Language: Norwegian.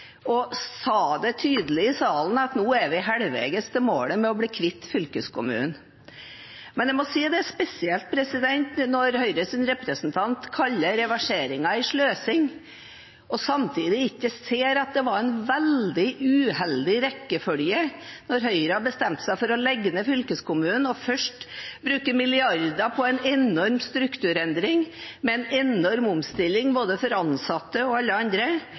Og de sa tydelig i salen: Nå er vi halvveis til målet med å bli kvitt fylkeskommunen. Jeg må si at det er spesielt når Høyres representant kaller reverseringen en sløsing og samtidig ikke ser at det var en veldig uheldig rekkefølge når Høyre bestemte seg for å legge ned fylkeskommunen og først brukte milliarder på en enorm strukturendring med en enorm omstilling for både ansatte og alle andre